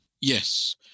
yes